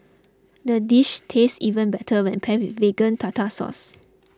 the dish tastes even better when paired with Vegan Tartar Sauce